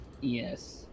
Yes